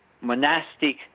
monastic